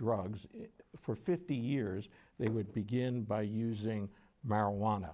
drugs for fifty years they would begin by using marijuana